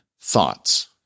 thoughts